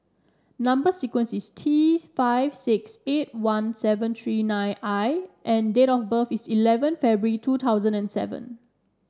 number sequence is T five six eight one seven three nine I and date of birth is eleven February two thousand and seven